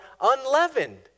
unleavened